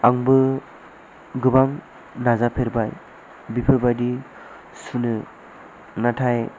आंबो गोबां नाजाफेरबाय बेफोरबायदि सुनो नाथाय